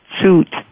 suit